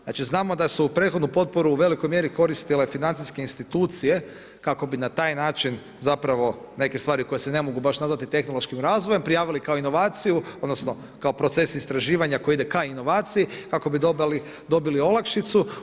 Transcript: Znamo da su prethodnu potporu u velikoj mjeri koristile financijske institucije, kako bi na taj način, zapravo, neke stvari koje se ne mogu baš nazvati tehnološkim razvojem, prijavili kao inovaciju odnosno, kao proces istraživanja koji ide ka inovaciji kako bi dobili olakšicu.